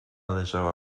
leżała